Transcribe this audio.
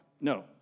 No